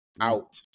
Out